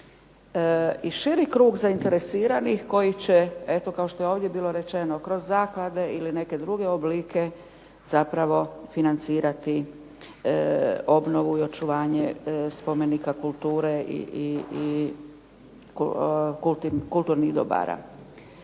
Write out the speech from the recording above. i širi krug zainteresiranih koji će, eto kao što je ovdje bilo rečeno kroz zaklade ili neke druge oblike zapravo financirati obnovu i očuvanje spomenika kulture i kulturnih dobara.